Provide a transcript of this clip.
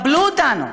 קבלו אותנו,